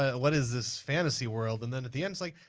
ah what is this fantasy world? and then at the end its like,